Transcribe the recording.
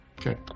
Okay